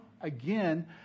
again